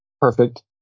Perfect